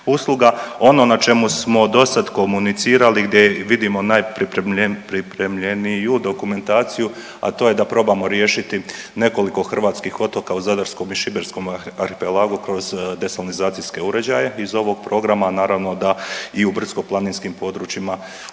Ono na čemu smo dosad komunicirali, gdje vidimo najpripremljeniju dokumentaciju, a to je da probamo riješiti nekoliko hrvatskih otoka u zadarskom i šibenskom arhipelagu kroz desalinizacijske uređaje iz ovog programa, naravno da i u brdsko-planinskim područjima,